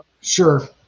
Sure